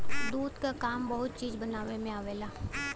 दूध क काम बहुत चीज बनावे में आवेला